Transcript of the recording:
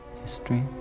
History